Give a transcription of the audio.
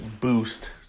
boost